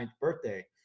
birthday